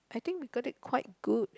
I think we got it quite good